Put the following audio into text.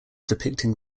depicting